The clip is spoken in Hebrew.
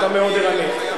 אתה מאוד ערני.